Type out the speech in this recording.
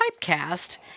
typecast